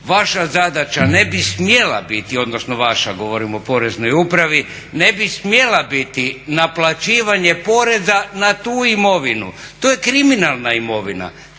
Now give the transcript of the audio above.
vaša zadaća ne bi smjela biti, odnosno vaša, govori o Poreznoj upravi, ne bi smjela naplaćivanje poreza na tu imovinu. To je kriminalna imovina,